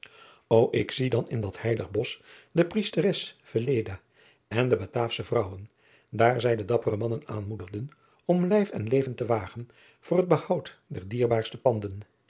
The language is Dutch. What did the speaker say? o k zie dan in dat heilig osch de riesteres en de ataafsche vrouwen daar zij de dappere mannen aanmoedigen om lijf en leven te wagen voor het behoud der dierbaarste panden